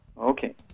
Okay